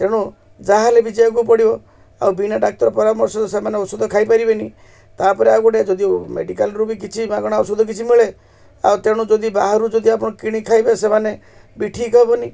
ତେଣୁ ଯାହାଲେ ବି ଯିବାକୁ ପଡ଼ିବ ଆଉ ବିନା ଡାକ୍ତର ପରାମର୍ଶ ସେମାନେ ଔଷଧ ଖାଇପାରିବେନି ତାପରେ ଆଉ ଗୋଟେ ଯଦି ମେଡ଼ିକାଲରୁ ବି କିଛି ମାଗଣା ଔଷଧ କିଛି ମିଳେ ଆଉ ତେଣୁ ଯଦି ବାହାରୁ ଯଦି ଆପଣ କିଣି ଖାଇବେ ସେମାନେ ବି ଠିକ୍ ହବନି